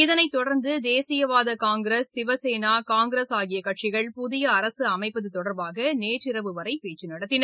இதனைத்தொடர்ந்து தேசியவாத காங்கிரஸ் சிவசேனா காங்கிரஸ் ஆகிய கட்சிகள் புதிய அரசு அமைப்பது தொடர்பாக நேற்றிரவு வரை பேச்சு நடத்தின